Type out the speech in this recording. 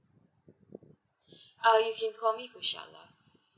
uh you can call me michelle lah